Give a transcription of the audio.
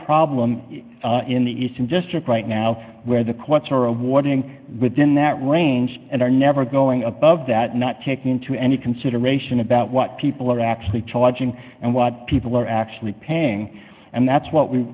problem in the eastern district right now where the quotes are a warning within that range and are never going above that not taking into any consideration about what people are actually charging and what people are actually paying and that's what we're